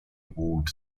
walled